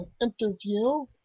interview